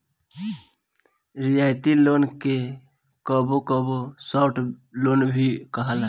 रियायती लोन के कबो कबो सॉफ्ट लोन भी कहाला